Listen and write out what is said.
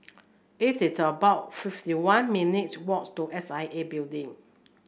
it is about fifty one minutes' walk to S I A Building